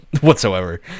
whatsoever